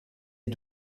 est